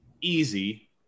easy